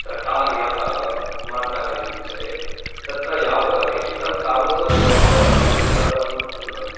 त्रटार्यः मार्गः इति उच्यते तत्र यावत् अपेक्षितं तावत् तत् तत्सर्वं